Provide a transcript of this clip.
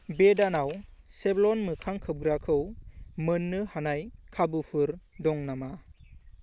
बे दानाव सेभल'न मोखां खोबग्राखौ मोन्नो हानाय माबाफोर खाबु दङ नामा